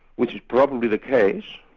which is probably the case,